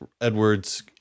Edwards